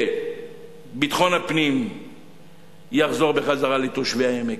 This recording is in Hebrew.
ושביטחון הפנים יחזור בחזרה לתושבי העמק.